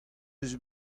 eus